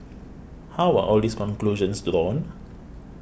how are all these conclusions drawn